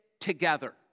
together